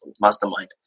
mastermind